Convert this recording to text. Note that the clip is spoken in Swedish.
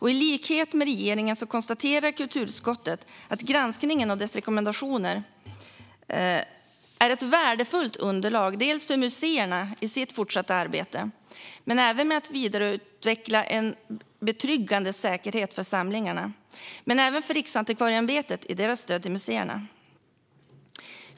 I likhet med regeringen konstaterar kulturutskottet att granskningen och dess rekommendationer är ett värdefullt underlag för museerna i deras fortsatta arbete med att vidareutveckla en betryggande säkerhet för samlingarna men även för Riksantikvarieämbetet i dess stöd till museerna.